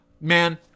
man